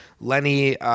Lenny